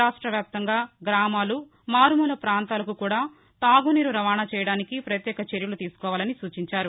రాష్టవ్యాప్తంగా గ్రామాలు మారుమూల ప్రాంతాలకు కూడా తాగునీరు రవాణా చేయడానికి పత్యేక చర్యలు తీసుకోవాలని సూచించారు